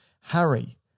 Harry